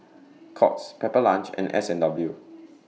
Courts Pepper Lunch and S and W